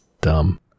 dumb